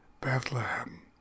Bethlehem